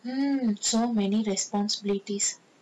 mm so many responsibilities